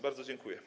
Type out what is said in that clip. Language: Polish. Bardzo dziękuję.